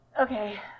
Okay